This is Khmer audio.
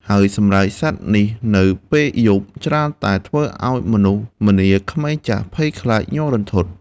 ហើយសម្រែកសត្វនេះនៅពេលយប់ ច្រើនតែធ្វើឱ្យមនុស្សម្នាក្មេងចាស់ភ័យខ្លាចញ័ររន្ធត់ ។